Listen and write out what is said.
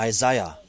Isaiah